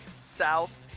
South